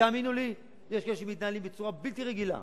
ותאמינו לי, יש כאלה שמתנהלים בצורה בלתי רגילה,